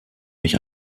mich